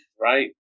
right